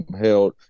held